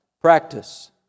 Practice